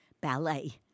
ballet